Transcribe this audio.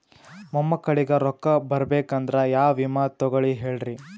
ಮೊಮ್ಮಕ್ಕಳಿಗ ರೊಕ್ಕ ಬರಬೇಕಂದ್ರ ಯಾ ವಿಮಾ ತೊಗೊಳಿ ಹೇಳ್ರಿ?